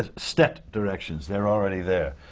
ah set directions, they're already there.